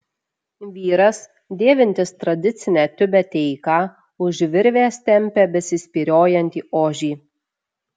vyras dėvintis tradicinę tiubeteiką už virvės tempia besispyriojantį ožį